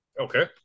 Okay